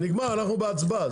נגמר, אנחנו בהצבעה.